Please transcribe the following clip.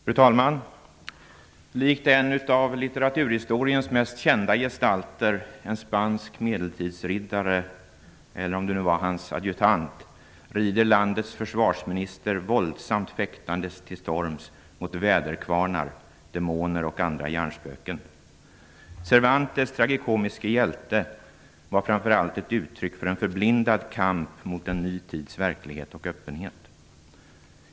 Fru talman! Likt en av litteraturhistoriens mest kända gestalter, nämligen en spansk medeltidsriddare - eller var det kanske hans adjutant - rider landets försvarsminister våldsamt fäktande till storms mot väderkvarnar, demoner och andra hjärnspöken. Miquel Cervantes tragikomiske hjälte var framför allt ett uttryck för en förblindad kamp mot en ny tids verklighet och öppenhet.